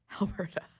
Alberta